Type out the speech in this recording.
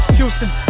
Houston